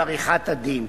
ועריכת-הדין.